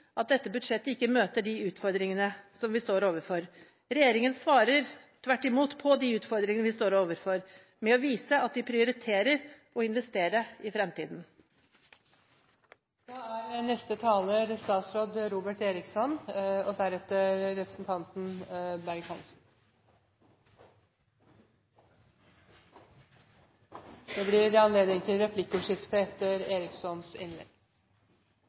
at dette budsjettet ikke møter disse utfordringene. Regjeringen svarer tvert imot på de utfordringene vi står overfor, med å vise at den prioriterer å investere i fremtiden. Jeg er